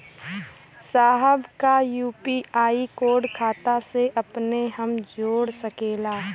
साहब का UPI code खाता से अपने हम जोड़ सकेला?